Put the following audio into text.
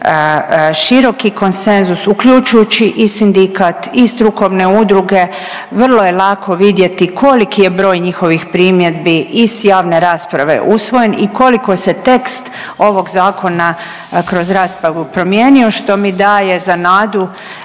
široki konsenzus uključujući i sindikat i strukovne udruge. Vrlo je lako vidjeti koliki je broj njihovih primjedbi iz javne rasprave usvojen i koliko se tekst ovog zakona kroz raspravu promijenio što mi daje za nadu